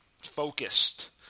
focused